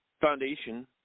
foundation